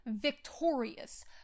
victorious